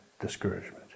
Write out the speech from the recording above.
discouragement